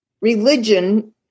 religion